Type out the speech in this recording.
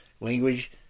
language